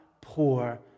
poor